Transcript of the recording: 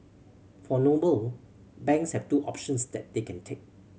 for Noble banks have two options that they can take